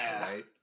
right